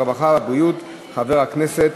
והרווחה והבריאות חבר הכנסת